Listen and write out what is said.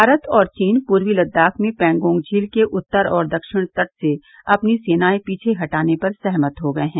भारत और चीन पूर्वी लद्दाख में पैंगोंग झील के उत्तर और दक्षिण तट से अपनी सेनाएं पीछे हटाने पर सहमत हो गए हैं